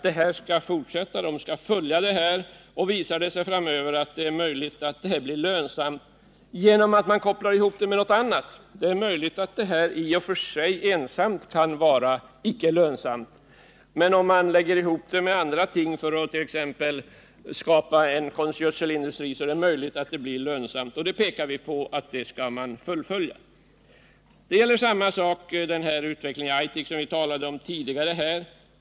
Det är möjligt att detta inte är lönsamt i sig, men det är möjligt att det blir lönsamt om man lägger ihop det med andra ting, t.ex. för att skapa en konstgödselindustri. Utskottet menar att bolaget skall följa upp detta. Samma sak gäller utvecklingen i Aitik, som vi talade om tidigare.